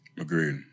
Agreed